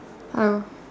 hello